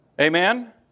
Amen